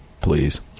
please